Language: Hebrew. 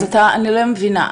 אני לא מבינה,